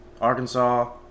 Arkansas